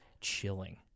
chilling